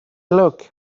look